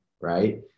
right